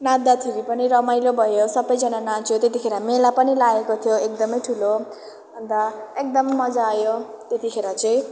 नाच्दाखेरि पनि रमाइलो भयो सबैजना नाच्यौँ त्यतिखेर मेला पनि लागेको थियो एकदमै ठुलो अन्त एकदमै मजा आयो त्यतिखेर चाहिँ